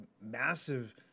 massive